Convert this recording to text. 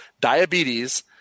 Diabetes